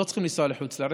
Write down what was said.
לא צריכים לנסוע לחוץ לארץ,